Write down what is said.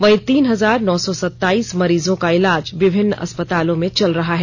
वहीं तीन हजार नौ सौ सताईस मरीजों का इलाज विभिन्न अस्पतालों में चल रहा है